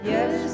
Yes